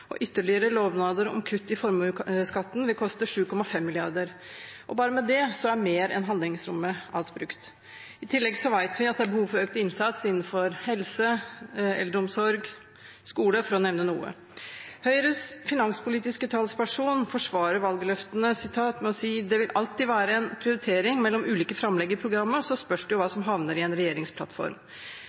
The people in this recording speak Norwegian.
og ytterligere lovnader om kutt i formuesskatten vil koste 7,5 mrd. kr. Bare med det er mer enn handlingsrommet alt brukt. I tillegg vet vi at det er behov for økt innsats innenfor helse, eldreomsorg, skole – for å nevne noe. Høyres finanspolitiske talsperson forsvarer valgløftene med å si at det alltid vil være en prioritering mellom ulike framlegg i programmet, og så spørs det jo hva som havner i en regjeringsplattform.